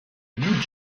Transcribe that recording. blue